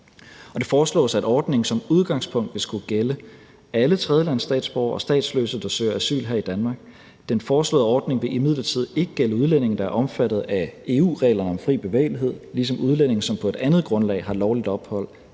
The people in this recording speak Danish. Det foreslås, at ordningen som udgangspunkt vil skulle gælde alle tredjelandsstatsborgere og statsløse, der søger asyl her i Danmark. Den foreslåede ordning vil imidlertid ikke gælde udlændinge, der er omfattet af EU-reglerne om fri bevægelighed, ligesom udlændinge, som på et andet grundlag har lovligt ophold